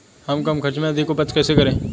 हम कम खर्च में अधिक उपज कैसे करें?